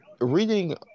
Reading